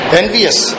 envious